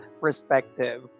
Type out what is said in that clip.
perspective